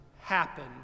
happen